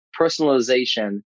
personalization